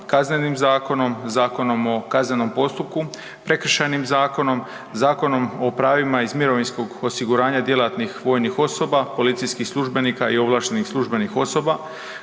Kaznenim zakonom, Zakonom o kaznenom postupku, Prekršajnim zakonom, zakonom o pravima iz mirovinskog osiguranja djelatnih vojnih osoba, policijskih službenika i ovlaštenih službenih osoba,